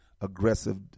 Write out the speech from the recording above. aggressive